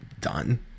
Done